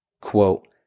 Quote